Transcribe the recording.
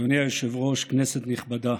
אדוני היושב-ראש, כנסת נכבדה,